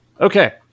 Okay